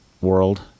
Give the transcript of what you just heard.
world